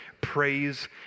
praise